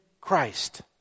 Christ